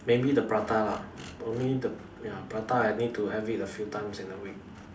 maybe the prata lah only the ya prata I need to have it a few times in a week